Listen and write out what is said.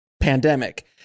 pandemic